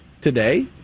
today